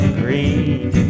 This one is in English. green